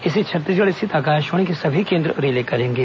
इसे छत्तीसगढ़ स्थित आकाशवाणी के सभी केंद्र रिले करेंगे